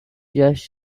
just